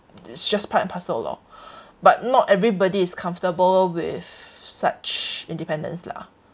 it's just part and parcel loh but not everybody is comfortable with such independence lah